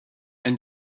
and